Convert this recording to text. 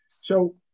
So-